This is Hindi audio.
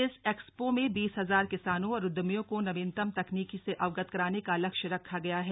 इस एक्सपो में बीस हजार किसानों और उद्यमियों को नवीनतम तकनीक से अवगत कराने का लक्ष्य रखा गया है